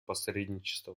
посредничество